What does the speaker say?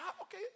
Okay